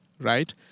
right